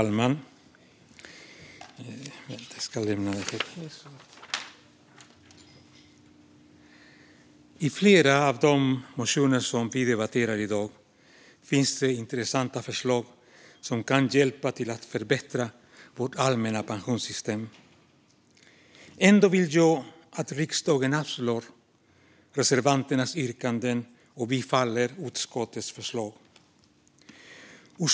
Herr talman! I flera av de motioner som vi debatterar i dag finns det intressanta förslag som kan hjälpa till att förbättra vårt allmänna pensionssystem. Ändå vill jag att riksdagen avslår reservanternas yrkanden och bifaller utskottets förslag.